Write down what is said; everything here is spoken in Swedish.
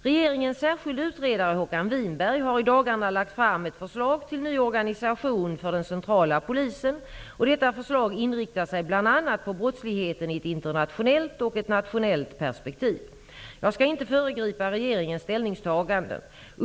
Regeringens särskilde utredare Håkan Winberg har i dagarna lagt fram ett förslag till ny organisation för den centrala polisen. Detta förslag inriktar sig bl.a. på brottsligheten i ett internationellt och ett nationellt perspektiv. Jag skall inte föregripa regeringens ställningstaganden.